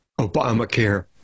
Obamacare